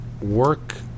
work